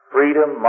Freedom